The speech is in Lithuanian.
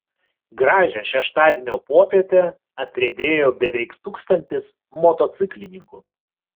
gražią šeštadienio popietę atriedėjo beveik tūkstantis motociklininkų